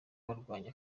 barwanya